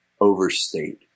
overstate